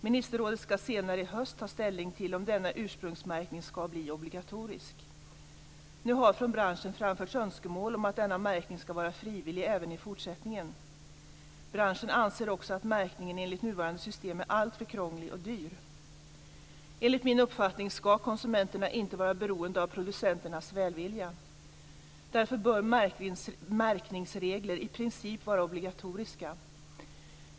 Ministerrådet ska senare i höst ta ställning till om denna ursprungsmärkning ska bli obligatorisk. Nu har från branschen framförts önskemål om att denna märkning ska vara frivillig även i fortsättningen. Branschen anser också att märkningen enligt nuvarande system är alltför krånglig och dyr. Enligt min uppfattning ska konsumenterna inte vara beroende av producenternas välvilja. Därför bör märkningsregler i princip vara obligatoriska.